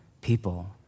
People